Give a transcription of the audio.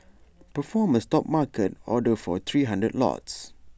perform A stop market order for three hundred lots